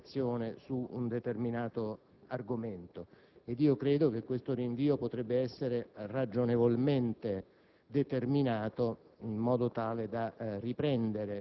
di rinviare la discussione o deliberazione su un determinato argomento ed io credo che questo rinvio possa essere ragionevolmente